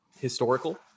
historical